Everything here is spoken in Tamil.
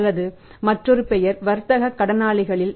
அல்லது மற்றொரு பெயர் வர்த்தக கடனாளிகள்